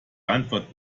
antwort